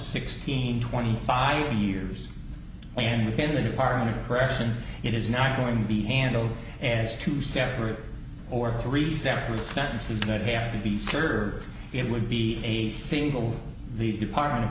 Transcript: sixteen twenty five years and within the department of corrections it is now going to be handled and is two separate or three separate sentences that have to be served it would be a single the department of